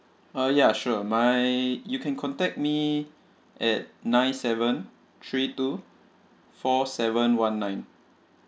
uh ya sure my you can contact me at nine seven three two four seven one nine